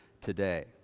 today